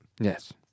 Yes